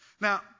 Now